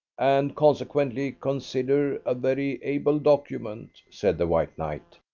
and consequently consider a very able document, said the white knight.